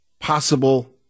possible